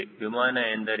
ವಿಮಾನ ಎಂದರೇನು